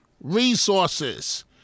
resources